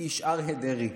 ונקיש "אריה דרעי",